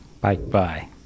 Bye-bye